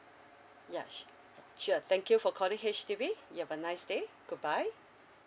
ya s~ sure thank you for calling H_D_B you have a nice day goodbye